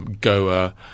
Goa